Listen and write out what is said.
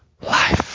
life